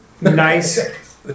nice